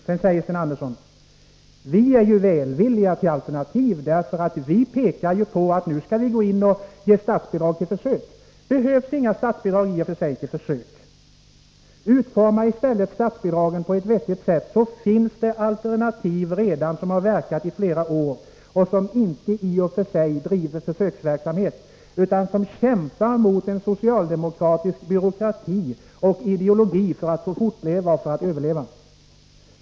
Sedan säger Sten Andersson: Vi är välvilliga till alternativ, för vi pekar på att vi skall ge statsbidrag till försöksverksamhet. Men det behövs inga statsbidrag till försöksverksamhet. Utforma i stället statsbidragen på ett vettigt sätt. Det finns redan alternativ som har verkat i flera år — som inte i och för sig innebär försöksverksamhet utan kämpar mot en socialdemokratisk byråkrati och ideologi för att få fortleva.